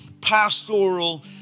pastoral